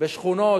בשכונות.